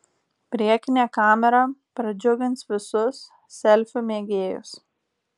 priekinė kamera pradžiugins visus selfių mėgėjus